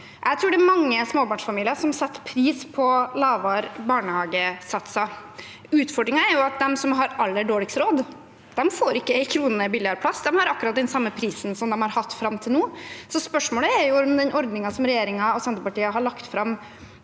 Jeg tror det er mange småbarnsfamilier som setter pris på lavere barnehagesatser. Utfordringen er at de som har aller dårligst råd, ikke får en krone billigere barnehage. De har akkurat den samme prisen som de har hatt fram til nå, så spørsmålet er om den ordningen som Arbeiderparti–Senterparti-regjeringen har lagt fram,